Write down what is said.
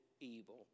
evil